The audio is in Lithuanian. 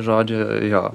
žodžiu jo